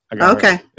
Okay